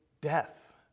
death